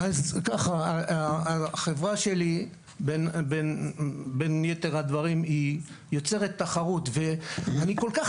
החברה שלי בין יתר הדברים יוצרת תחרות ואני כל כך